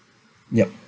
yup